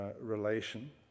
relation